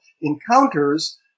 encounters